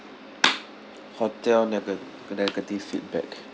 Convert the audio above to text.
hotel nega~ negative feedback